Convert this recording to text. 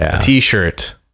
T-shirt